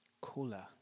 cooler